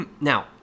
Now